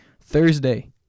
Thursday